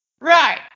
Right